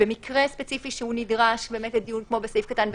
במקרה ספציפי שהוא נדרש לדיון כמו בסעיף קטן (ב).